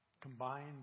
combined